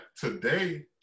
today